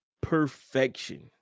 perfection